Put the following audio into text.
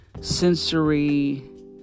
sensory